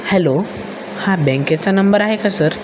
hello हा बँकेचा number आहे का सर